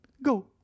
go